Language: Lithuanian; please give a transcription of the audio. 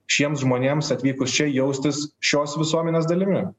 šiems žmonėms atvykus čia jaustis šios visuomenės dalimi